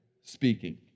speaking